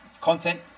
content